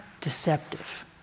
deceptive